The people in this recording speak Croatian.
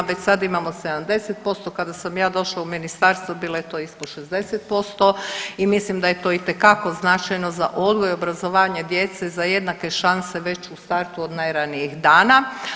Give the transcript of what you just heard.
Već sad imamo 70%, kada sam ja došla u ministarstvo bilo je to ispod 60% i mislim da je to itekako značajno za odgoj i obrazovanje djece za jednake šanse već u startu od najranijih dana.